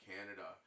Canada